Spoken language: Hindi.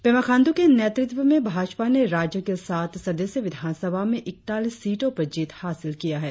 पेमा खांडू के नेतृत्व में भाजपा ने राज्य के साठ सदस्यीय विधानसभा में इक्तालीस सीटों पर जीत हासिल किया है